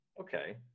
Okay